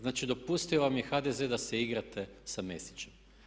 Znači, dopustio vam je HDZ da se igrate sa Mesićem.